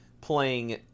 playing